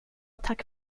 tack